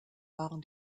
waren